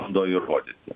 bando įrodyti